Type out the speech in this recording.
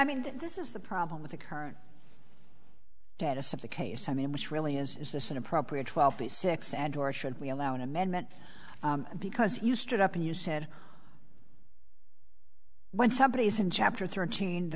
mean this is the problem with the current status of the case i mean which really is is this an appropriate six ad or should we allow an amendment because you stood up and you said when somebody is in chapter thirteen